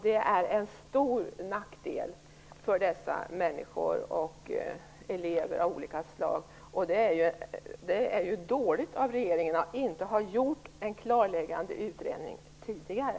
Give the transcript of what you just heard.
Det är en stor nackdel för dessa människor, och för elever av olika slag. Det är dåligt av regeringen att inte ha gjort en klarläggande utredning tidigare.